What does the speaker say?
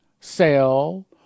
sell